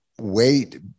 wait